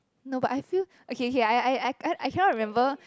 no but I feel okay okay I I I Ican't remember